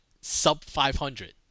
sub-500